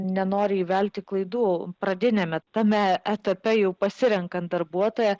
nenori įvelti klaidų pradiniame tame etape jau pasirenkant darbuotoją